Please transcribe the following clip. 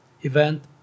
event